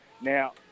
Now